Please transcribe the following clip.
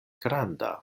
granda